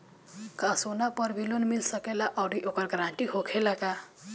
का सोना पर भी लोन मिल सकेला आउरी ओकर गारेंटी होखेला का?